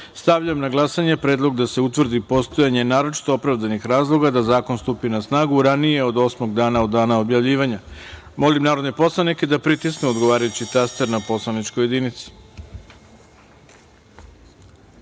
na glasanje predlog da se utvrdi postojanje naročito opravdanih razloga da zakon stupi na snagu ranije od osmog dana od dana objavljivanja. Molim narodne poslanike da pritisnu odgovarajući taster na poslaničkoj